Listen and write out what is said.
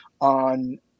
on